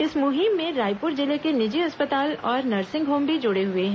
इस मुहिम में रायपुर जिले के निजी अस्पताल और नर्सिंग होम भी जुड़े हुए हैं